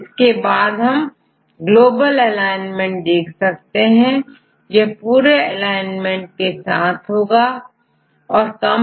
इसके पश्चात हम ग्लोबल एलाइनमेंट देखेंगे इसके द्वारा हमें पूरा एलाइनमेंट और सीक्वेंस का कंपलीट सेट मिल जाएगा